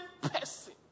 person